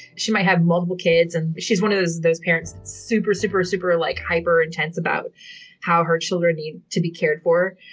she may have multiple kids. and she's one of those those parents. super, super, super. like hyper intense about how her children need to be cared for.